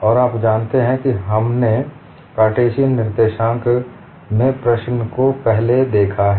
और आप जानते हैं कि हमने कार्टेशियन निर्देशांक में प्रश्न को पहले देखा है